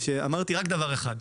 אמרתי רק דבר אחד: